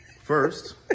First